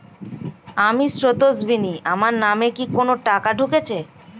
আমি স্রোতস্বিনী, আমার নামে কি কোনো টাকা ঢুকেছে?